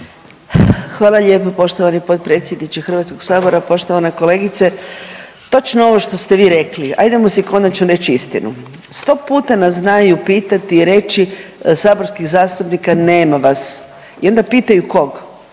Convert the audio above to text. Hvala lijepo poštovani potpredsjedniče HS. Poštovana kolegice, točno ovo što ste vi rekli, ajdemo si konačno reć istinu. Sto puta nas znaju pitati i reći saborskih zastupnika nema vas i onda pitaju kog,